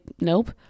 nope